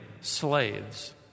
slaves